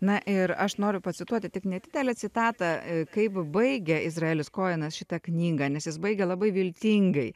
na ir aš noriu pacituoti tik nedidelę citatą kaip baigia izraelis kojenas šitą knygą nes jis baigia labai viltingai